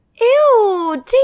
Ew